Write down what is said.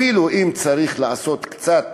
אפילו אם צריך לעשות קצת